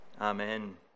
Amen